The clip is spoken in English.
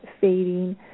fading